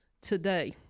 today